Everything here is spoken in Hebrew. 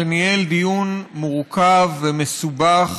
שניהל דיון מורכב ומסובך